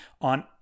on